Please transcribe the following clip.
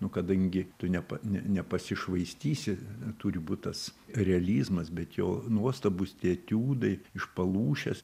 nu kadangi tu nepa ne nepasišvaistysi turi būt tas realizmas bet jo nuostabūs tie etiudai iš palūšės